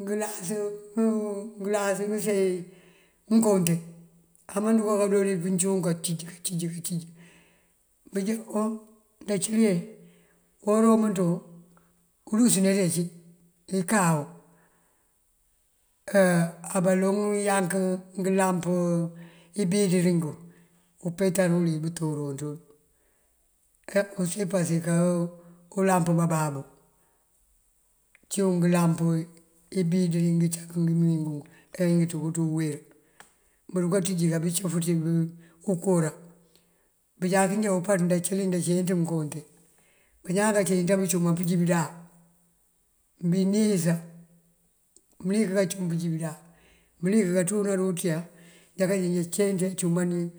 Ngëlas ngënkonte amadunke karowu dí pëncuŋ kancíj kancíj kancíj bëjënko ndacëliye. Uwora umënţun ngëlus neţe cí ikaw abaloŋ yank ngëlamp ibiriringun umpetërol uwëlëw bunk torëwun ţël e use pase aká ulamp bababú. Cíwun ngëlamp ibiriri ngëcak ngí mëwín ngunk ajá ngënţú kënţú ngëwer burukanţíji keecaf ţí unkura bunjákinjá umpaţ ndacëli ndacëli nţankonte. Bañaan kacëli te buncuman pënjibinda binirësa mëlik kacum pënjibinda mëlik kanţar ni unţíya já kajá cenc ajá kacumani